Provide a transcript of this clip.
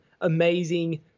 amazing